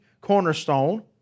cornerstone